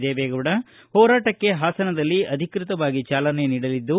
ದೇವೆಗೌಡ ಹೋರಾಟಕ್ಕೆ ಹಾಸನದಲ್ಲ ಅಧಿಕೃತವಾಗಿ ಚಾಲನೆ ನೀಡಲಿದ್ದು